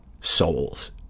souls